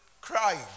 crying